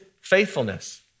faithfulness